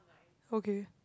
okay